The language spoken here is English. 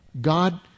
God